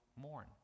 mourn